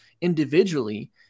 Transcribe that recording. individually